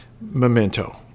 Memento